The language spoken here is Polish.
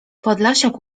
podlasiak